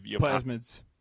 Plasmids